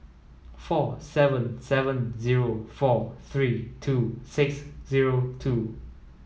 four seven seven zero four three two six zero two